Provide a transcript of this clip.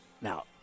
Now